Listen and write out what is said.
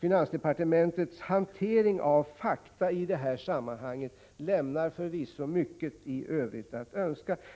Finansdepartementets hantering av fakta i detta sammanhang lämnar förvisso mycket övrigt att önska.